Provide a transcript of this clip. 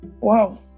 wow